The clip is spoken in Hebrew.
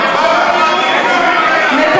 חברי,